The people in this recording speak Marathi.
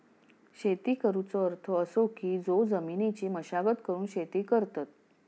शेती करुचो अर्थ असो की जो जमिनीची मशागत करून शेती करतत